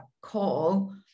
call